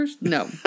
No